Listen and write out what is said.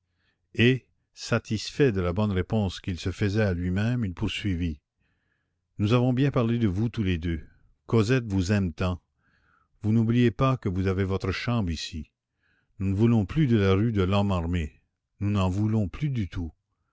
et satisfait de la bonne réponse qu'il se faisait à lui-même il poursuivit nous avons bien parlé de vous tous les deux cosette vous aime tant vous n'oubliez pas que vous avez votre chambre ici nous ne voulons plus de la rue de lhomme armé nous n'en voulons plus du tout